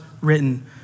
written